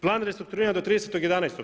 Plan restrukturiranja do 30.11.